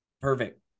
Perfect